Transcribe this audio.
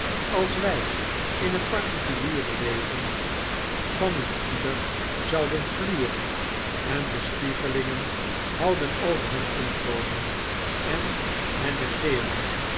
als wij in het particuliere leven van een ieder zouden gluren en bespiegelingen houden over hun inkomen en hen negeeren